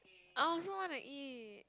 I also want to eat